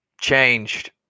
changed